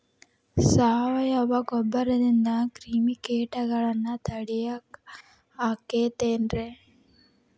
ಸಾವಯವ ಗೊಬ್ಬರದಿಂದ ಕ್ರಿಮಿಕೇಟಗೊಳ್ನ ತಡಿಯಾಕ ಆಕ್ಕೆತಿ ರೇ?